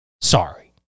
sorry